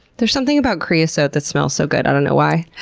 there's something about creosote that smells so good. i don't know why.